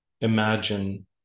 imagine